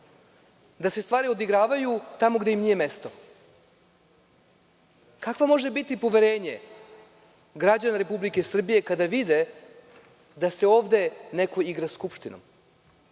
da se stvari odigravaju tamo gde im nije mesto? Kakvo može biti poverenje građana Republike Srbije kada vide da se ovde neko igra Skupštinom?